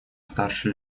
старше